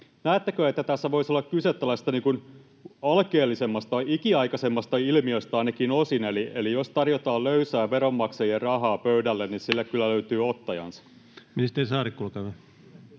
näettekö, että tässä voisi olla kyse tällaisesta alkeellisemmasta, ikiaikaisemmasta ilmiöstä ainakin osin, eli jos tarjotaan löysää veronmaksajien rahaa pöydälle, niin sille kyllä löytyy ottajansa?